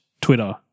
Twitter